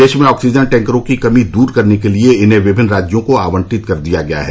देश में ऑक्सीजन टैंकरों की कमी दर करने के लिए इन्हें विभिन्न राज्यों को आवंटित कर दिया गया है